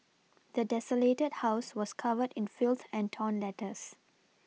the desolated house was covered in filth and torn letters